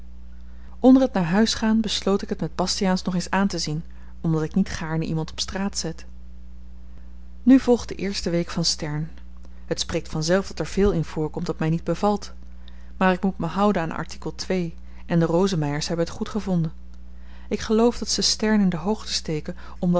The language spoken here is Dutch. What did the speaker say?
onder het naar huis gaan besloot ik het met bastiaans nog eens aantezien omdat ik niet gaarne iemand op straat zet nu volgt de eerste week van stern het spreekt vanzelf dat er veel in voorkomt dat my niet bevalt maar ik moet me houden aan artikel twee en de rosemeyers hebben t goed gevonden ik geloof dat ze stern in de hoogte steken